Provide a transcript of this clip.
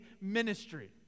ministry